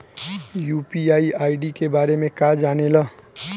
UPI ID के बारे में का जाने ल?